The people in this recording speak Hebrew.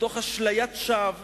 מתוך אשליית שווא